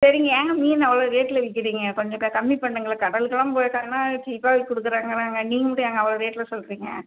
சரி ஏங்க மீன் அவ்வளோ ரேட்டில் விற்கிறிங்க கொஞ்சம் கம்மி பண்ணுங்களேன் கடலுக்கெல்லாம் போய் இருக்காங்கன்னால் சீப்பாகவே கொடுக்குறேங்கிறாங்க நீங்கள் மட்டும் ஏங்க அவ்வளோ ரேட்டில் சொல்கிறிங்க